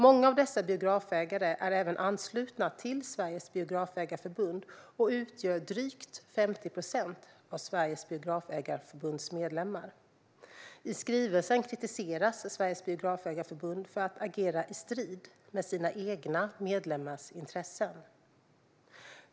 Många av dessa biografägare är även anslutna till Sveriges Biografägareförbund och utgör drygt 50 procent av Sveriges Biografägareförbunds medlemmar. I skrivelsen kritiseras Sveriges Biografägareförbund för att agera i strid med sina egna medlemmars intressen.